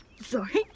Sorry